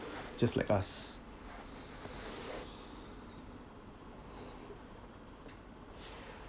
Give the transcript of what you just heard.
just like us